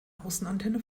außenantenne